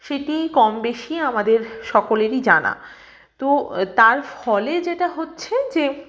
সেটি কম বেশি আমাদের সকলেরই জানা তো তার ফলে যেটা হচ্ছে যে